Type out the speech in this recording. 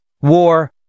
war